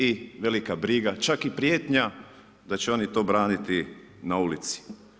I velike briga čak i prijetnja da će oni to braniti na ulici.